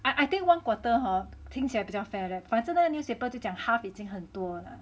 I think one quarter hor 听起来比较 fair leh but 现在那个 newspaper 就讲 half 已经很多了